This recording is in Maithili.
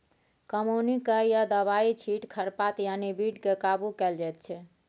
कमौनी कए या दबाइ छीट खरपात यानी बीड केँ काबु कएल जाइत छै